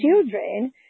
children